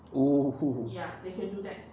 !woohoo!